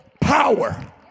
Power